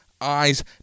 eyes